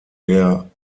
der